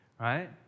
right